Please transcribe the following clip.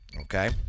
Okay